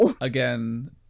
again